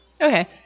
Okay